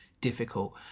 difficult